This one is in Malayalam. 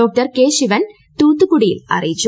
ക്ട്മിവ്ൻ തൂത്തുക്കുടിയിൽ അറിയിച്ചു